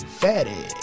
fatty